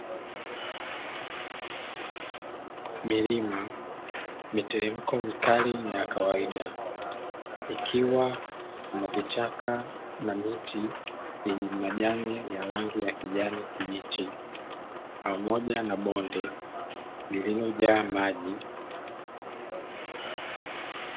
Milima, miteremko mikali na ya kawaida ikiwa na vichaka na miti yenye majani ya rangi ya kijani kibichi pamoja na bonde lililojaa maji.